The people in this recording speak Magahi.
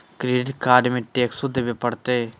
क्रेडिट कार्ड में टेक्सो देवे परते?